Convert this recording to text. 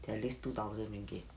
at least two thousand ringgit